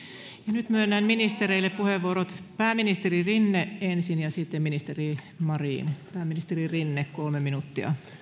nyt myönnän ministereille puheenvuorot pääministeri rinne ensin ja sitten ministeri marin pääministeri rinne kolme minuuttia